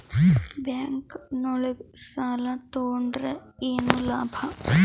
Bank ನೊಳಗ ಸಾಲ ತಗೊಂಡ್ರ ಏನು ಲಾಭ?